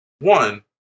One